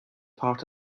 part